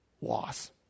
loss